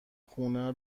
خونه